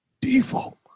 default